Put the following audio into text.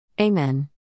Amen